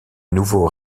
nouveau